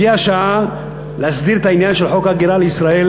הגיעה השעה להסדיר את העניין של חוק ההגירה לישראל,